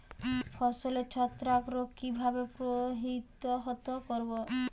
ফসলের ছত্রাক রোগ কিভাবে প্রতিহত করব?